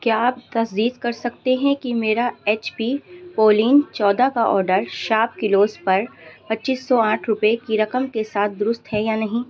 کیا آپ تصدیق کر سکتے ہیں کہ میرا ایچ پی پویلین چودہ کا آرڈر شاپ کلوز پر پچیس سو آٹھ روپئے کی رقم کے ساتھ درست ہے یا نہیں